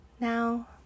Now